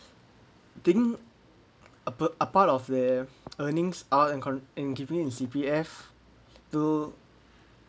I think abo~ a part of their earnings are and con~ in giving in C_P_F to